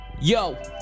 Yo